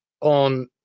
on